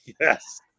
Yes